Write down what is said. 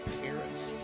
parents